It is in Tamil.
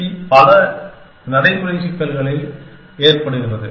பி பல நடைமுறை சிக்கல்களில் ஏற்படுகிறது